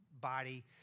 body